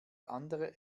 andere